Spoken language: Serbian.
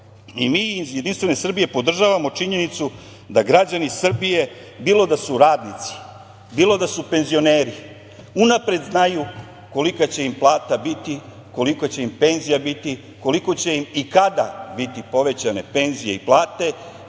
7%.Mi iz JS podržavamo činjenicu da građani Srbije, bilo da su radnici, bilo da su penzioneri, unapred znaju kolika će im plata biti, kolika će im penzija biti, koliko će im i kada biti povećane penzije i plate